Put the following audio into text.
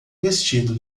vestido